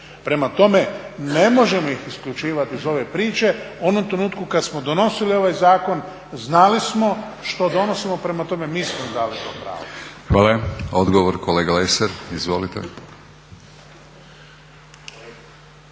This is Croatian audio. Prema tome, ne možemo ih isključivati iz ove priče. U onom trenutku kad smo donosili ovaj zakon znali smo što donosimo, prema tome mi smo im dali to pravo. **Batinić, Milorad (HNS)** Hvala. Odgovor, kolega Lesar. Izvolite.